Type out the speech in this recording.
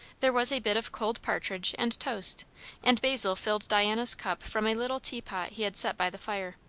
there was a bit of cold partridge, and toast and basil filled diana's cup from a little teapot he had set by the fire.